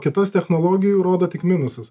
kitas technologijų rodo tik minusus